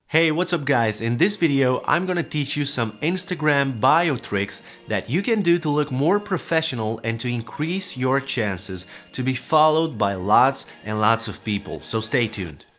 hey what's up guys, in this video i'm gonna teach you some instagram bio tricks that you can do to look more professional and to increase your chances to be followed by lots and lots of people, so stay tuned.